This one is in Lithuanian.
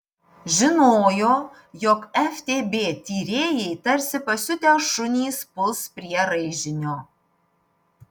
žinojo jog ftb tyrėjai tarsi pasiutę šunys puls prie raižinio